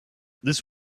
this